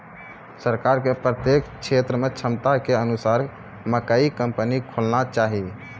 सरकार के प्रत्येक क्षेत्र मे क्षमता के अनुसार मकई कंपनी खोलना चाहिए?